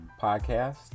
podcast